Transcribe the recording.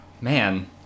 man